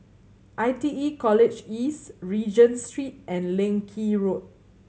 I T E College East Regent Street and Leng Kee Road